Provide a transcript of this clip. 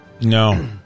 No